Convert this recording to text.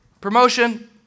promotion